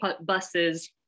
buses